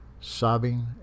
Sobbing